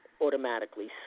automatically